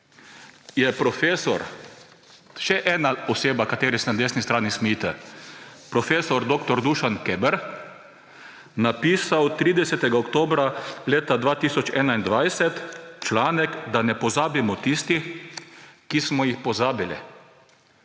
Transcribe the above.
je profesor, še ena oseba, kateri se na desni strani smejite, prof. dr. Dušan Keber napisal 30. oktobra leta 2021 članek Da ne pozabimo tistih, ki smo jih pozabili.